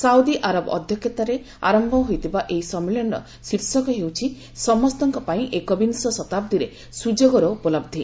Saudi Arab ଅଧ୍ୟକ୍ଷତାରେ ଆରମ୍ଭ ହୋଇଥିବା ଏହି ସମ୍ମିଳନୀର ଶୀର୍ଷକ ହେଉଛି 'ସମସ୍ତଙ୍କ ପାଇଁ ଏକବିଂଶ ଶତାବ୍ଦୀରେ ସୁଯୋଗର ଉପଲହି'